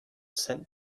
sent